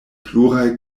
pluraj